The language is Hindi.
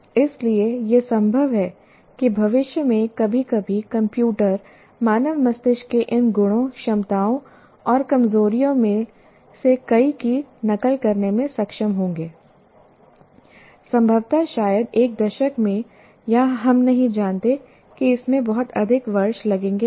इसलिए यह संभव है कि भविष्य में कभी कभी कंप्यूटर मानव मस्तिष्क के इन गुणों क्षमताओं और कमजोरियों में से कई की नकल करने में सक्षम होंगे संभवतः शायद एक दशक में या हम नहीं जानते कि इसमें बहुत अधिक वर्ष लगेंगे या नहीं